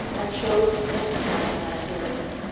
and shewest mercy unto thy servants,